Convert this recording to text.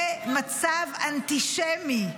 זה מצב אנטישמי.